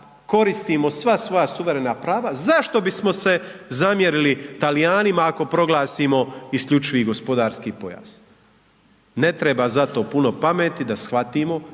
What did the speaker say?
koristimo sva svoja suverena prava, zašto bismo se zamjerili Talijanima ako proglasimo isključivi gospodarski pojas? Ne treba za to puno pameti da shvatimo